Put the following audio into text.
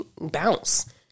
Bounce